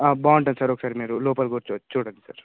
బాగుంటుంది సార్ ఒకసారి మీరు లోపలకొచ్చి చూడండి సార్